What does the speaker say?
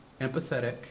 empathetic